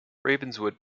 ravenswood